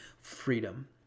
freedom